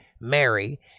Mary